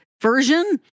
version